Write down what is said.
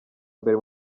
mbere